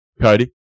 Cody